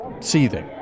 seething